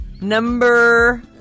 number